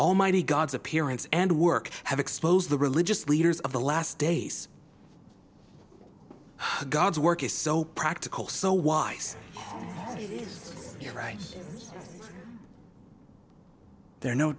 almighty god's appearance and work have exposed the religious leaders of the last days of god's work is so practical so wise you're right they're no